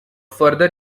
further